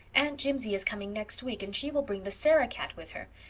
aunt jimsie is coming next week and she will bring the sarah-cat with her.